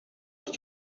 ist